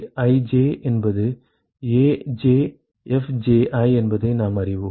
AiFij என்பது AjFji என்பதை நாம் அறிவோம்